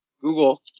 Google